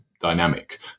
dynamic